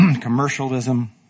commercialism